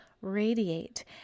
radiate